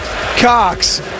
Cox